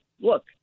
look